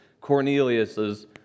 Cornelius's